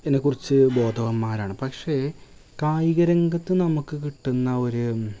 ഇതിനെക്കുറിച്ച് ബോധവാന്മാരാണ് പക്ഷെ കായികരംഗത്ത് നമുക്ക് കിട്ടുന്ന ഒരു